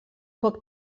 poc